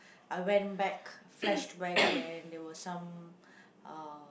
I went back flashback and there were some uh